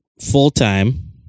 full-time